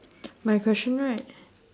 my question right